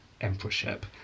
emperorship